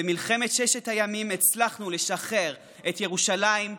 במלחמת ששת הימים הצלחנו לשחרר את ירושלים,